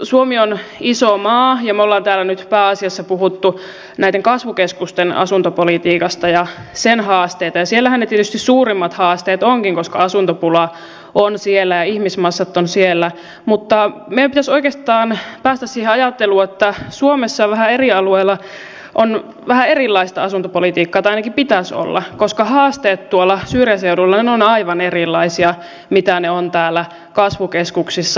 suomi on iso maa ja me olemme täällä nyt pääasiassa puhuneet näiden kasvukeskusten asuntopolitiikasta ja sen haasteista ja siellähän tietysti ne suurimmat haasteet ovatkin koska asuntopula ja ihmismassat ovat siellä mutta meidän pitäisi oikeastaan päästä siihen ajatteluun että suomessa vähän eri alueilla on vähän erilaista asuntopolitiikkaa tai ainakin pitäisi olla koska haasteet tuolla syrjäseuduilla ovat aivan erilaisia kuin ne ovat täällä kasvukeskuksissa